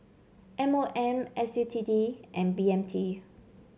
M O M S U T D and B M T